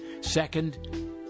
Second